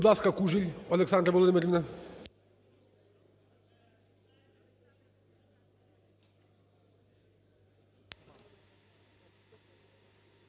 ласка, Кужель Олександра Володимирівна.